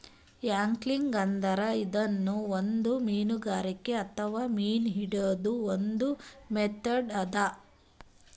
angling ಅಂದ್ರ ಇದೂನು ಒಂದ್ ಮೀನ್ಗಾರಿಕೆ ಅಥವಾ ಮೀನ್ ಹಿಡ್ಯದ್ದ್ ಒಂದ್ ಮೆಥಡ್ ಅದಾ